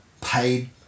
paid